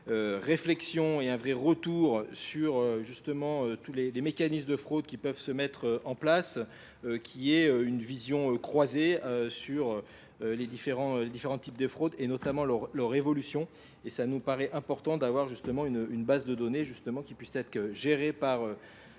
réflexion et un vrai retour sur justement tous les mécanismes de fraude qui peuvent se mettre en place. qui est une vision croisée sur les différents types de fraudes et notamment leur évolution. Et ça nous paraît important d'avoir justement une base de données qui puisse être gérée par